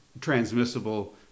transmissible